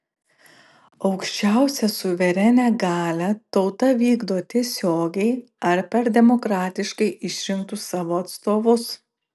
aukščiausią suverenią galią tauta vykdo tiesiogiai ar per demokratiškai išrinktus savo atstovus